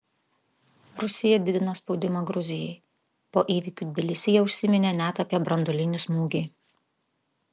rusija didina spaudimą gruzijai po įvykių tbilisyje užsiminė net apie branduolinį smūgį